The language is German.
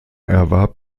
erwarb